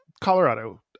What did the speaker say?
Colorado